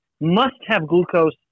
must-have-glucose